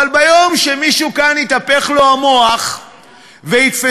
אבל ביום שמישהו כאן יתהפך לו המוח ויתפסו